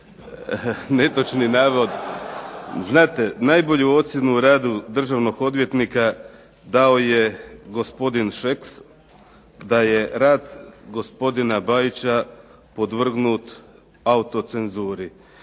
netočni navod. Znate, najbolju ocjenu o radu državnog odvjetnika dao je gospodin Šeks, da je rad gospodina Bajića podvrgnut autocenzuri